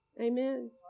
Amen